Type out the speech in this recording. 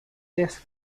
this